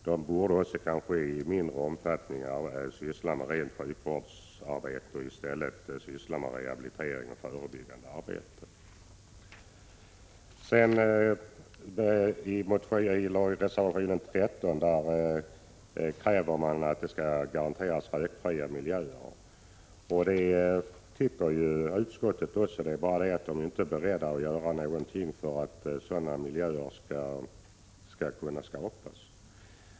Den borde i mindre omfattning än nu syssla med rent sjukvårdsarbete för att i stället också kunna ägna sig åt rehabilitering och förebyggande åtgärder. I reservation 13 kräver reservanterna att rökfria miljöer skall kunna garanteras. Det tycker också utskottet. Det är bara det att man inte är beredd att göra någonting för att sådana miljöer skall kunna skapas.